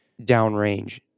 downrange